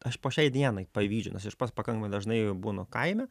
aš po šiai dienai pavydžiu nes aš pats pakankamai dažnai būnu kaime